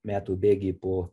metų bėgy po